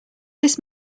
this